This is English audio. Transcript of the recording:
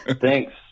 thanks